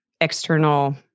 external